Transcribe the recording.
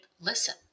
listen